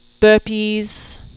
burpees